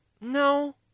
no